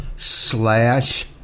Slash